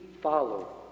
follow